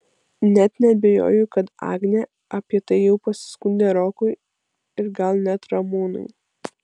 net neabejoju kad agnė apie tai jau pasiskundė rokui ir gal net ramūnui